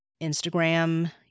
Instagram